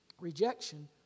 rejection